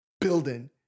building